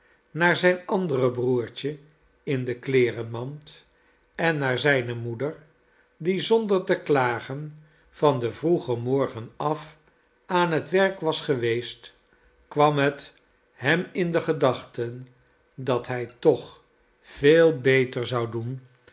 naar zijn ander broertje in de kleerenmand en naar zijne moeder die zonder te klagen van den vroegen morgen af aan het werk was geweest kwam het hem in de gedachten dat hij toch veel beter zou doen